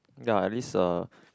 ya at least uh